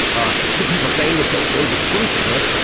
ah the people saying it don't know the truth of it.